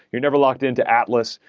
you're never locked in to atlas.